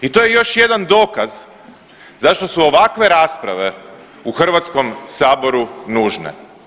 I to je još jedan dokaz zašto su ovakve rasprave u Hrvatskom saboru nužne.